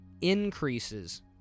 increases